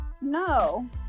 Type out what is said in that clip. no